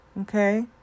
Okay